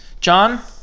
John